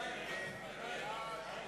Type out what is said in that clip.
הורוביץ (להלן,